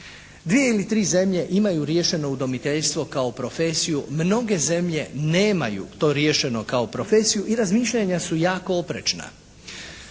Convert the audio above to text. Dvije ili tri zemlje imaju riješeno udomiteljstvo kao profesiju. Mnoge zemlje nemaju to riješeno kao profesiju. I razmišljanja su jako oprečna.